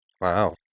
wow